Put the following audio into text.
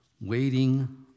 Waiting